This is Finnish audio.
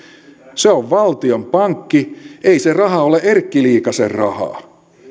se on valtion pankki ei se raha ole erkki liikasen rahaa